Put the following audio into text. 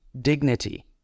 dignity